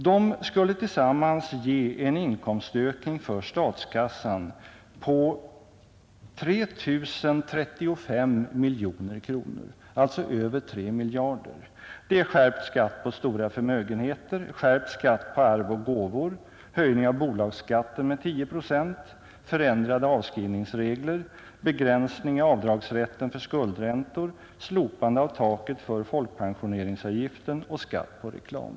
De skulle tillsammans ha givit en inkomstökning till statskassan på 3 035 miljoner kronor, alltså över 3 miljarder. De förslagen är: skärpt skatt på stora förmögenheter, skärpt skatt på arv och gåvor, höjning av bolagsskatten med 10 procent, ändrade avskrivningsregler, begränsningar i avdragsrätten för skuldräntor, slopande av taket för folkpensioneringsavgiften och skatt på reklam.